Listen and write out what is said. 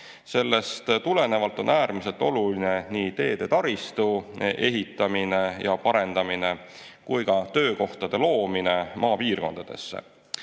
Sellest tulenevalt on äärmiselt oluline nii teedetaristu ehitamine ja parendamine kui ka töökohtade loomine maapiirkondadesse.